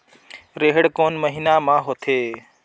रेहेण कोन महीना म होथे?